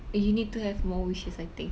eh you need to have more wishes I think